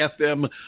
FM